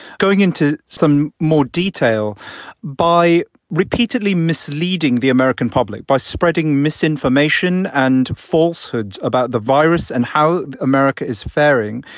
going into some more detail by repeatedly misleading the american public, by spreading misinformation and falsehoods about the virus and how america is fairing,